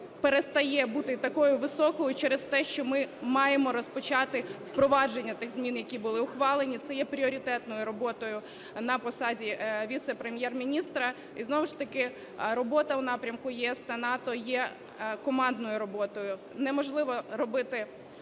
перестає бути такою високою через те, що ми маємо розпочати впровадження тих змін, які були ухвалені. Це є пріоритетною роботою на посаді віце-прем'єр-міністра. І знову ж таки робота у напрямку ЄС та НАТО є командною роботою. Неможливо робити,